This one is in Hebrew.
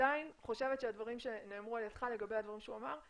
עדין אני חושבת שהדברים שנאמרו על ידך לגבי הדברים שהוא אמר,